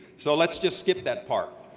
so let's just skip that part.